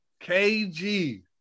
KG